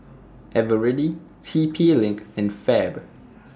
Eveready T P LINK and Fab